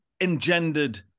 engendered